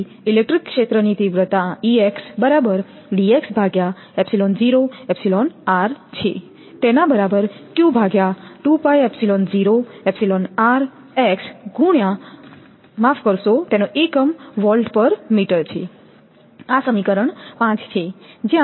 તેથી ઇલેક્ટ્રિક ક્ષેત્રની તીવ્રતા આ સમીકરણ 5 છે